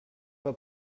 pas